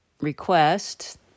request